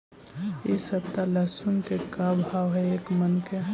इ सप्ताह लहसुन के का भाव है एक मन के?